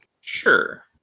Sure